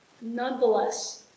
Nonetheless